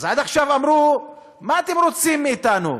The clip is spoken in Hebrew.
אז עד עכשיו אמרו: מה אתם רוצים מאתנו?